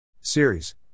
Series